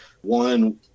One